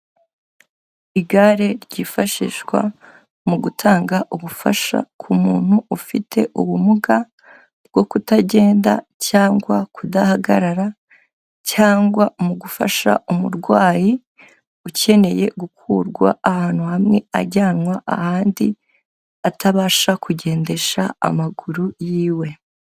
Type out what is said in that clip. Igare ryifashishwa mu gutanga ubufasha ku muntu ufite ubumuga bwo kutagenda cyangwa kudahagarara cyangwa mu gufasha umurwayi ukeneye gukurwa ahantu hamwe ajyanwa ahandi, atabasha kugendesha amaguru yiwe.